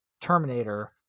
Terminator